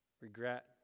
regret